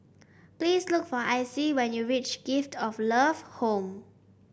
please look for Icey when you reach Gift of Love Home